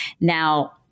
Now